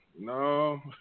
No